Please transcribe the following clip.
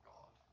God